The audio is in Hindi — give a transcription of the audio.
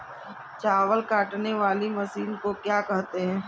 चावल काटने वाली मशीन को क्या कहते हैं?